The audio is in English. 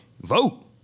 vote